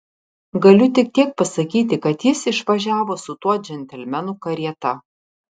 galiu tik tiek pasakyti kad jis išvažiavo su tuo džentelmenu karieta